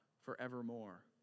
forevermore